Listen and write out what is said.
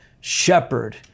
shepherd